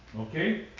Okay